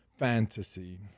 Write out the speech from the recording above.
fantasy